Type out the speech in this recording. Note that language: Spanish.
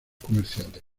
comerciales